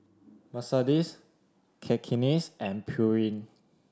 Mercedes Cakenis and Pureen